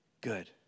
good